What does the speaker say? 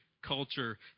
culture